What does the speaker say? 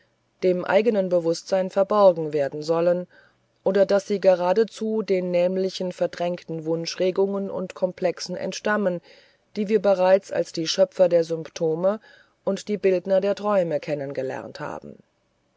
dem eigenen bewußtsein verborgen werden sollen oder daß sie geradezu den nämlichen verdrängten wunschregungen und komplexen entstammen die wir bereits als die schöpfer der symptome und die bildner der träume kennen gelernt haben